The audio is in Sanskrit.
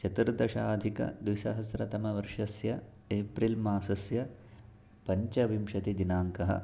चतुर्दशाधिकद्विसहस्रतमवर्षस्य एप्रिल् मासस्य पञ्चविंशतिदिनाङ्कः